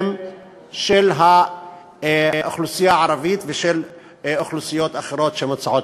של האוכלוסייה הערבית ושל אוכלוסיות אחרות שנזכרות פה.